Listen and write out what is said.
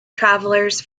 travelers